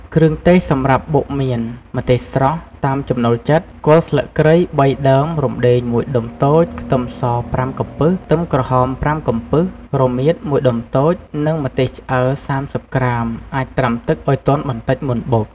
គ្រឿងទេសសម្រាប់បុកមាន ម្ទេសស្រស់ តាមចំណូលចិត្ត គល់ស្លឹកគ្រៃ ៣ ដើម រុំដេង ១ ដុំតូច ខ្ទឹមស ៥ កំពឹស ខ្ទឹមក្រហម ៥ កំពឹស រមៀត ១ ដុំតូច និង ម្ទេសឆ្អើរ ៣០ ក្រាម អាចត្រាំទឹកឱ្យទន់បន្តិចមុនបុក។